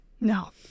no